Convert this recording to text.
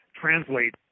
translate